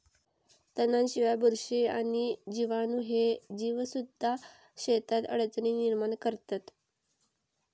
तणांशिवाय, बुरशी आणि जीवाणू ह्ये जीवसुद्धा शेतात अडचणी निर्माण करतत